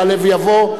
יעלה ויבוא.